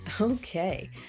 Okay